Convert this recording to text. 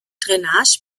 drainage